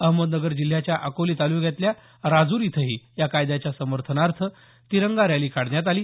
अहमदनगर जिल्ह्याच्या अकोले तालुक्यातल्या राजूर इथंही या कायद्याच्या समर्थनार्थ तिरंगा रॅली काढण्यात आली